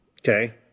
Okay